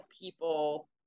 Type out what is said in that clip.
people